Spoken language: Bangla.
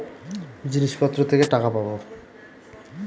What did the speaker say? জিনিসপত্র থেকে টাকা পাবো